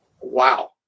wow